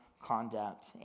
conduct